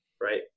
Right